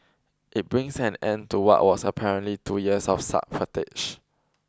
it brings an end to what was apparently two years of subterfuge